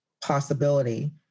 possibility